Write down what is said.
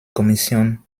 kommission